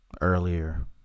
Earlier